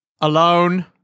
Alone